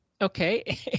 Okay